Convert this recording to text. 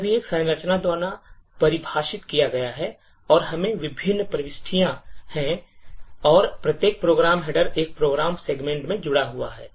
यह भी एक संरचना द्वारा परिभाषित किया गया है और इसमें विभिन्न प्रविष्टियां हैं और प्रत्येक प्रोग्राम हेडर एक प्रोग्राम सेगमेंट से जुड़ा हुआ है